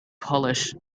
polish